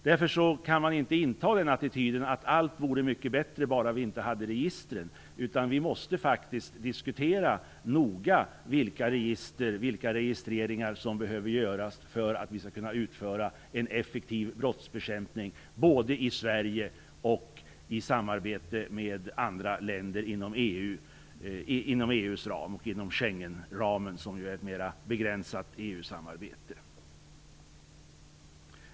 Därför kan man inte inta attityden att allt vore mycket bättre om vi bara inte hade registren, utan vi måste noga diskutera vilka registreringar som behöver göras för att utföra en effektiv brottsbekämpning, både i Sverige och i samarbete med andra länder inom EU:s ram och inom ramen för Schengenavtalet, som ju är ett mer begränsat EU-samarbete.